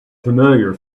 familiar